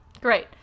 Great